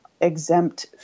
exempt